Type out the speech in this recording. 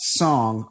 song